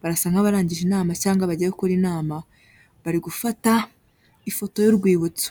Barasa nk'abarangije inama cyangwa bagiye gukora inama, bari gufata ifoto y'urwibutso.